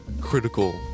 critical